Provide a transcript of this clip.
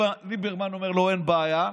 ליברמן אומר לו: אין בעיה,